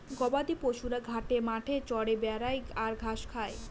গবাদি পশুরা ঘাটে মাঠে চরে বেড়ায় আর ঘাস খায়